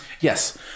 yes